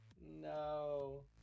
No